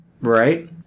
Right